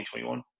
2021